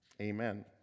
amen